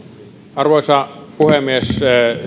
arvoisa puhemies